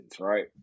right